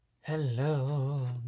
Hello